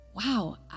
wow